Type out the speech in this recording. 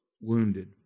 wounded